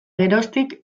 geroztik